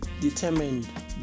determined